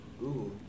Google